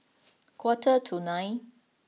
quarter to nine